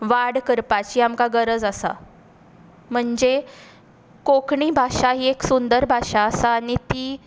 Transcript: वाड करपाची आमकां गरज आसा म्हणजे कोंकणी भाशा ही एक सुंदर भाशा आसा आनी ती